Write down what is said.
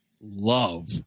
love